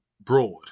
broad